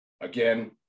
again